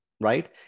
right